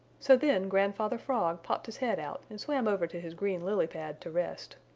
so then grandfather frog popped his head out and swam over to his green lily pad to rest.